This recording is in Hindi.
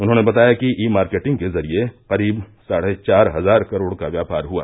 उन्होंने बताया कि ई मार्केटिंग के जरिये करीब साढ़े चार हजार करोड़ का व्यापार हआ